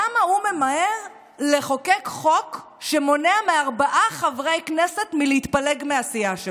למה הוא ממהר לחוקק חוק שמונע מארבעה חברי כנסת מלהתפלג מהסיעה שלו?